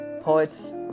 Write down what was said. poets